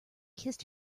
kissed